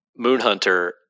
Moonhunter